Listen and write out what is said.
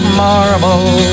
marble